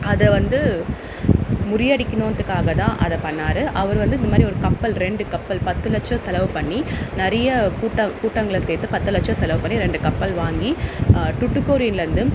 அதை வந்து முறியடிக்கணுங்கிறதுக்காக தான் அதை பண்ணிணாரு அவர் வந்து இந்தமாதிரி ஒரு கப்பல் ரெண்டு கப்பல் பத்து லட்சம் செலவு பண்ணி நிறைய கூட்ட கூட்டங்களை சேர்த்து பத்து லட்சம் செலவு பண்ணி ரெண்டு கப்பல் வாங்கி டுட்டுகோரியன்லேருந்து